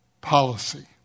policy